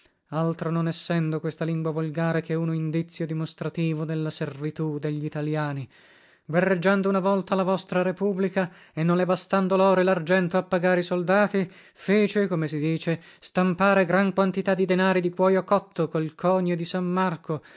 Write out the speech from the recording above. altro non essendo questa lingua volgare che uno indizio dimostrativo della servitù deglitaliani guerreggiando una volta la vostra republica e non le bastando loro e largento a pagare i soldati fece come si dice stampare gran quantità di denari di cuoio cotto col conio di san marco